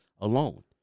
alone